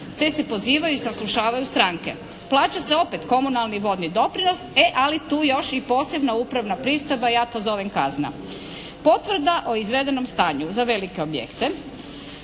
te se pozivaju i saslušavaju stranke. Plaća se opet komunalni vodni doprinos ali tu još i posebna upravna pristojba, ja to zovem kazna. Potvrda o izvedenom stanju za velike objekte